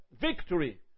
victory